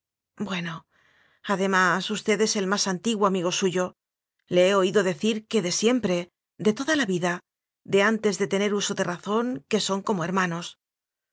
bueno además usted es el más antiguo amigo suyo le he oido decir que de siempre de toda la vida de antes de te ner uso de razón que son como hermanos